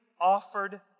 offered